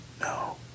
no